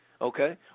okay